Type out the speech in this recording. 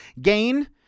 Gain